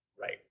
right